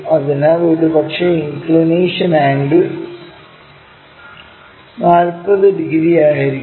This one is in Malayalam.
അതിനാൽ ഒരുപക്ഷേ ഇൻക്ക്ളിനേഷൻ ആംഗിൾ 40 ഡിഗ്രി ആയിരിക്കും